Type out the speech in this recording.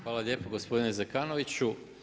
Hvala lijepo gospodine Zekanoviću.